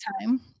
time